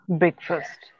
breakfast